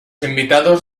invitados